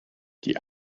die